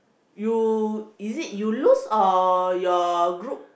you is it you lose or your group